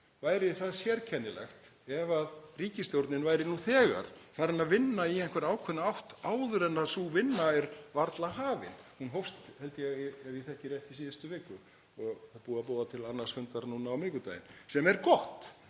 væri það sérkennilegt ef ríkisstjórnin væri nú þegar farin að vinna í einhverja ákveðna átt þegar sú vinna er varla hafin. Hún hófst, held ég ef ég þekki það rétt, fyrir viku og búið að boða til annars fundar núna á miðvikudaginn, sem er gott